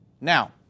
Now